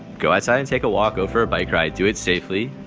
go outside and take a walk over a bike ride. do it safely.